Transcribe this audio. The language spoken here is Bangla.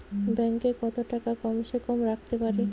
ব্যাঙ্ক এ কত টাকা কম সে কম রাখতে পারি?